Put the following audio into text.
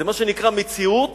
זה מה שנקרא מציאות